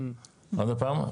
עוד פעם.